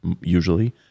usually